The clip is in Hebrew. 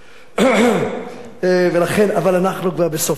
אבל אנחנו כבר בסופה של הצרידות הזו,